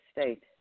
State